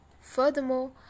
Furthermore